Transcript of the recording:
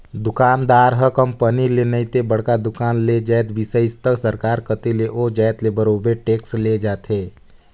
दुकानदार ह कंपनी ले नइ ते बड़का दुकान ले जाएत बिसइस त सरकार कती ले ओ जाएत ले बरोबेर टेक्स ले जाथे